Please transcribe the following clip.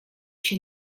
się